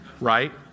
Right